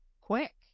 quick